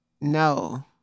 No